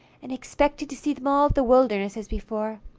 and expected to see them all at the wilderness as before.